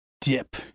dip